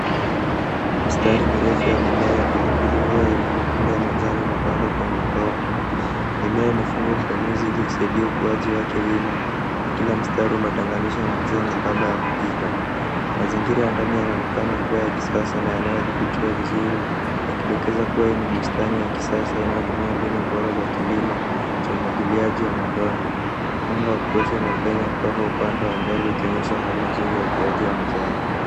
Mistari mirefu ya mimea ya pilipili hoho yenye matunda ya manjano imepandwa kwenye udongo. Mimea imefungwa kwa nyuzi ili kusaidia ukuwaji wake wima na kila mstari umetenganishwa na njia nyembamba ya kupita. Mazingira ya ndani yanaonekana kuwa ya kisasa na yanayodhibitwa vizuri yakidokeza kuwa hii ni bustani ya kisasa inayotumia mbinu bora za kilimo cha umwagiliaji wa matone. Mwanga wa kutosha unapenya kutoka upande wa mbele ukionyesha hali nzuri ya ukuwaji wa mazao.